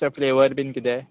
flavour bean किदें